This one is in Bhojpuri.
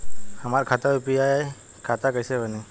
हमार खाता यू.पी.आई खाता कईसे बनी?